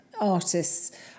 artists